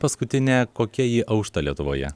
paskutinė kokia ji aušta lietuvoje